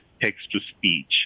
text-to-speech